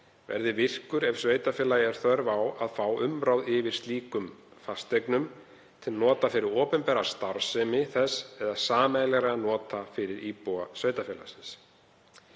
virkist ef sveitarfélagi er þörf á að fá umráð yfir fasteignum til nota fyrir opinbera starfsemi þess eða til sameiginlegra nota fyrir íbúa sveitarfélagsins.